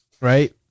right